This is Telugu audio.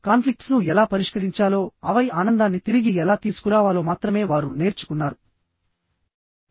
కాన్ఫ్లిక్ట్స్ ను ఎలా పరిష్కరించాలో ఆపై ఆనందాన్ని తిరిగి ఎలా తీసుకురావాలో మాత్రమే వారు నేర్చుకున్నారు